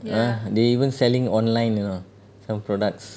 !huh! they even selling online you know some products